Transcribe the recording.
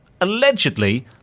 allegedly